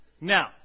Now